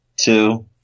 two